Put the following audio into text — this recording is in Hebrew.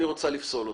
אני רוצה לפסול אותו.